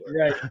Right